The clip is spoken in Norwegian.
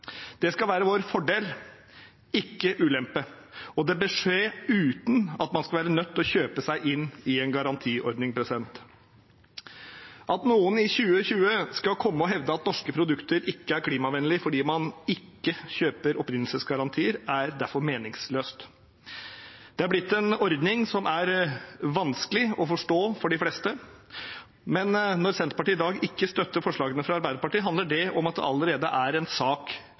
Det skal være vår fordel, ikke ulempe, og det bør skje uten at man skal være nødt til å kjøpe seg inn i en garantiordning. At noen i 2020 skal komme og hevde at norske produkter ikke er klimavennlige fordi man ikke kjøper opprinnelsesgarantier, er derfor meningsløst. Det er blitt en ordning som er vanskelig å forstå for de fleste. Men når Senterpartiet i dag ikke støtter forslagene fra Arbeiderpartiet, handler det om at det allerede er en sak